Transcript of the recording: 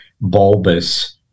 bulbous